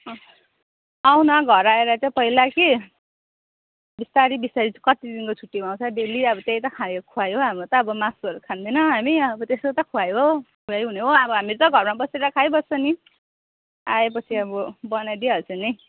अँ आऊ न घर आएर चाहिँ पहिला कि बिस्तारी बिस्तारी कति दिनको छुट्टीमा आउँछ डेली अब त्यही त खाने हो खुवाइ हो हाम्रो त मासुहरू खाँदैन हामी अब त्यस्तो त खुवाइ हो खुवाइ हुने हो हामी त घरमा बसेर खाइबस्छ नि आएपछि अब बनाइदिइहाल्छु नि